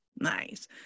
Nice